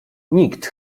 nikt